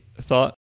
thought